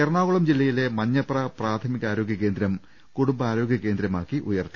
എറണാകുളം ജില്ലയിലെ മഞ്ഞപ്ര പ്രാഥമികാരോഗൃ കേന്ദ്രം കൂടുംബാരോഗൃ കേന്ദ്രമാക്കി ഉയർത്തി